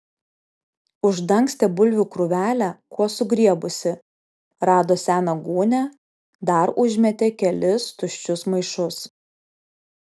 uždangstė bulvių krūvelę kuo sugriebusi rado seną gūnią dar užmetė kelis tuščius maišus